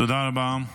תודה רבה.